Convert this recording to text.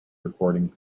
recording